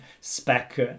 spec